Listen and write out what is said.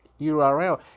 URL